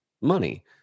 money